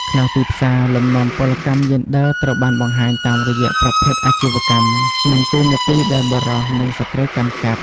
ក្នុងទីផ្សារ លំនាំពលកម្មយេនឌ័រត្រូវបានបង្ហាញតាមរយៈប្រភេទអាជីវកម្ម និងតួនាទីដែលបុរស និងស្ត្រីកាន់កាប់។